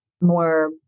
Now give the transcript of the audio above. more